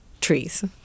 trees